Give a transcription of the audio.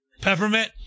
Peppermint